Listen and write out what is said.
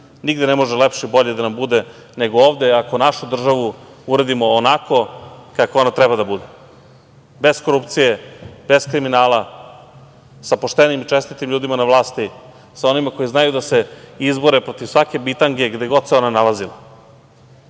ne može lepše i bolje da nam bude nego ovde ako našu državu uredimo onako kakva ona treba da bude - bez korupcije, bez kriminala, sa poštenim i čestitim ljudima na vlasti, sa onima koji znaju da se izbore protiv svake bitange gde god se ona nalazila,